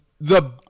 the-